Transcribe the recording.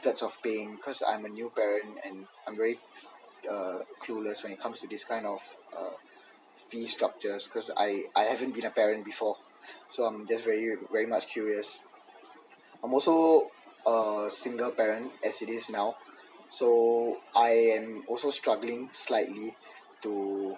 methods of paying because I'm a new parent and I'm very uh clueless when it comes to this kind of uh fee structure cause I I haven't been a parent before so um that's very very much curious I'm also a a single parent as it is now so I am also struggling slightly to